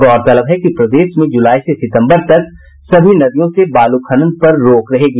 गौरतलब है कि प्रदेश में जुलाई से सितम्बर तक प्रदेश की सभी नदियों से बालू खनन पर रोक रहेगी